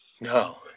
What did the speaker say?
No